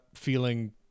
feeling